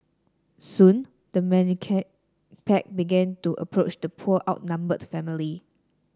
soon the menacing pack began to approach the poor outnumbered family